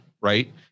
Right